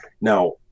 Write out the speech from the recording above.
Now